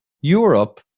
Europe